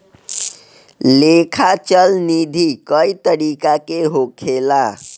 लेखा चल निधी कई तरीका के होखेला